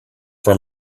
for